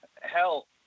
hell